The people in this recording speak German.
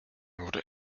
oder